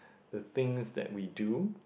the things that we do